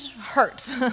hurt